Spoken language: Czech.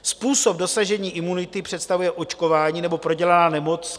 Způsob dosažení imunity představuje očkování nebo prodělaná nemoc.